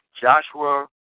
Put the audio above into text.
Joshua